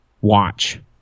watch